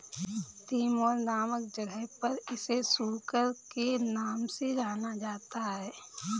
Timor नामक जगह पर इसे सुकर के नाम से जाना जाता है